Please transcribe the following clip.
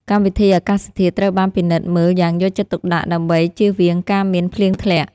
កម្មវិធីអាកាសធាតុត្រូវបានពិនិត្យមើលយ៉ាងយកចិត្តទុកដាក់ដើម្បីជៀសវាងការមានភ្លៀងធ្លាក់។